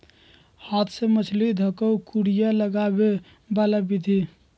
हाथ से मछरी ध कऽ कुरिया लगाबे बला विधि